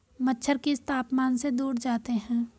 मच्छर किस तापमान से दूर जाते हैं?